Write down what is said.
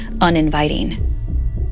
uninviting